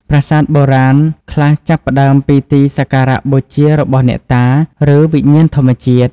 ប្រាសាទបុរាណ ខ្លះចាប់ផ្តើមពីទីសក្ការៈបូជារបស់អ្នកតា ឬវិញ្ញាណធម្មជាតិ។